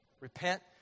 Repent